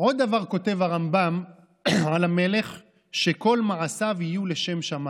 עוד דבר כותב הרמב"ם על המלך: "שכל מעשיו יהיו לשם שמיים".